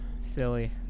silly